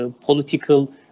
political